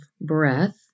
breath